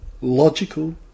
logical